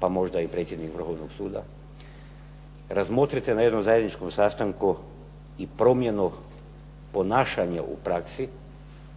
pa možda i predsjednik Vrhovnog suda razmotrite na jednom zajedničkom sastanku i promjenu ponašanja u praksi,